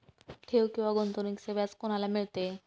ठेव किंवा गुंतवणूकीचे व्याज कोणाला मिळते?